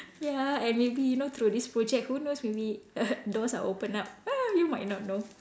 ya and maybe you know through this project who knows maybe doors are opened up you might not know